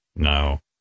No